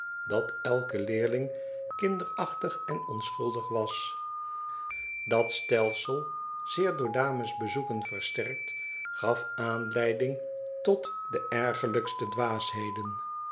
dat elke leerling kinderachtig en onschuldig was dat stelsel zeer door damesbezoeken versterkt gaf aanleidmg tot de ergerlijkste dwaasheden